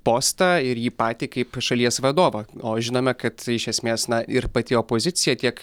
postą ir jį patį kaip šalies vadovą o žinome kad iš esmės na ir pati opozicija tiek